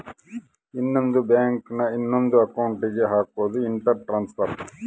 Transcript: ಇನ್ನೊಂದ್ ಬ್ಯಾಂಕ್ ನ ಇನೊಂದ್ ಅಕೌಂಟ್ ಗೆ ಹಕೋದು ಇಂಟರ್ ಟ್ರಾನ್ಸ್ಫರ್